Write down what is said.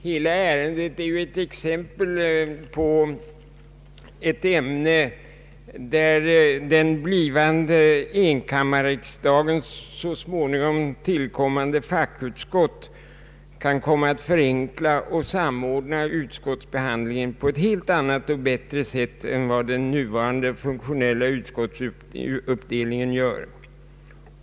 Hela ärendet är ett exempel på ett ämne, där den blivande enkammarriksdagens så småningom tillkommande fackutskott kan komma att förenkla och samordna utskottsbehandlingen på ett helt annat och bättre sätt än vad den nuvarande och funktionella utskottsuppdelningen gör.